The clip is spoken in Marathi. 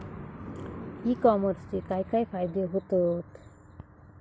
ई कॉमर्सचे काय काय फायदे होतत?